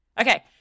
okay